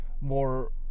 more